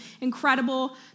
Incredible